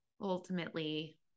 ultimately